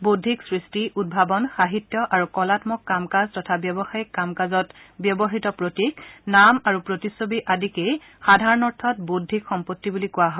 বৌদ্ধিক সৃষ্টি উদ্ভাৱন সাহিত্য আৰু কলামক কাম কাজ তথা ব্যৱসায়িক কাম কাজত ব্যৱহৃত প্ৰতীক নাম আৰু প্ৰতিচ্ছবি আদিকেই সাধাৰণ অৰ্থত বৌদ্ধিক সম্পত্তি বুলি কোৱা হয়